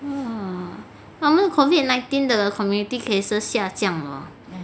!wah! some more COVID nineteen the community cases 下降 orh